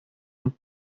und